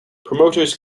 promoters